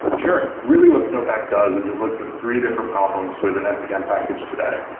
sure really, what snowpack does is it looks at three different problems within npm package today.